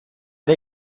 der